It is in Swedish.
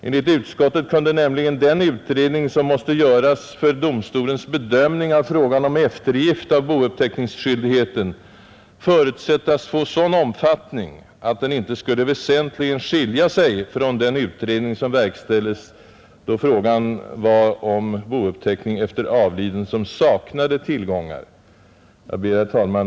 Den utredning som i allt fall måste göras för att domstolen skall kunna bedöma, huruvida bouppteckning skall upprättas eller ej, kunde nämligen enligt utskottet förutsättas få sådan omfattning, att den ej skulle väsentligen skilja sig från den utredning som för närvarande verkställes, då fråga är om avliden som saknar tillgångar. Herr talman!